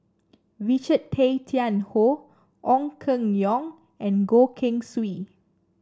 Richard Tay Tian Hoe Ong Keng Yong and Goh Keng Swee